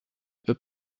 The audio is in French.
peut